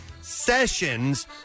sessions